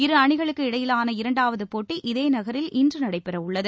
இரு அணிகளுக்கு இடையிலான இரண்டாவது போட்டி இதேநகரில் இன்று நடைபெற உள்ளது